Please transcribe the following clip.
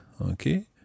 Okay